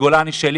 "גולני שלי",